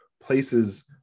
places